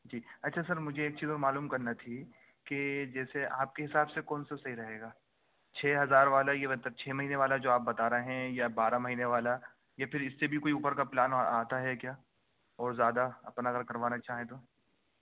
جی اچھا سر مجھے ایک چیز اور معلوم کرنا تھی کہ جیسے آپ کے حساب سے کون سا صحیح رہے گا چھ ہزار والا یا مطلب چھ مہینے والا جو آپ بتا رہے ہیں یا بارہ مہینے والا یا پھر اس سے بھی کوئی اوپر کا پلان آتا ہے کیا اور زیادہ اپن اگر کروانا چاہیں تو